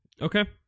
Okay